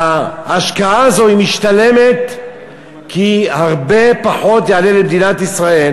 ההשקעה הזו משתלמת כי יעלה למדינת ישראל